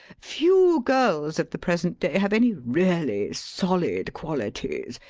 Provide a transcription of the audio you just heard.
few girls of the present day have any really solid qualities,